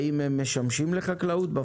האם הם משמשים לחקלאות בפועל?